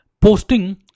posting